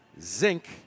zinc